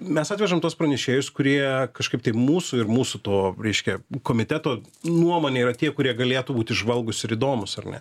mes atvežam tuos pranešėjus kurie kažkaip tai mūsų ir mūsų to reiškia komiteto nuomone yra tie kurie galėtų būt įžvalgūs ir įdomūs ar ne